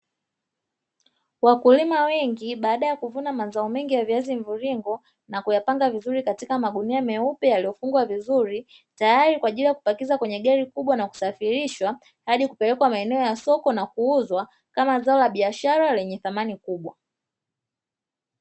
Wakulima wengi baada ya kuvuna mazao mengi ya viazi mviringo na kuyapanga vizuri katika magunia meupe yaliyofungwa vizuri, tayari kwa ajili ya kupakiza kwenye gari kubwa na kusafirishwa hadi kupelekwa maeneo ya soko na kuuzwa, kama zao la biashara lenye thamani kubwa.